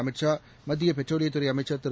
அமித் ஷா மத்திய பெட்ரோலிய துறை அமைச்சர் திரு